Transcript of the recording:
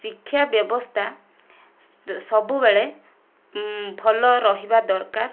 ଶିକ୍ଷା ବ୍ୟବସ୍ଥା ସବୁବେଳେ ଭଲ ରହିବା ଦରକାର